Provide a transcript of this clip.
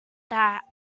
that